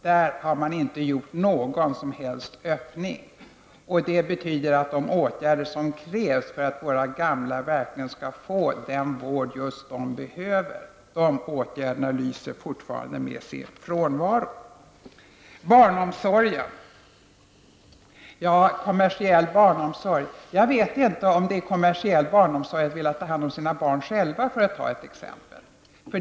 Där har man inte gjort någon som helst öppning. Det betyder att de åtgärder som krävs för att våra gamla verkligen skall få den vård de behöver, de åtgärderna lyser fortfarande med sin frånvaro. Så till barnomsorgen och kommersiell barnomsorg. Jag vet inte om det är kommersiell barnomsorg att själv vilja ta hand om sina barn, för att ta ett exempel.